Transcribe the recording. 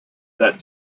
that